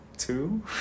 two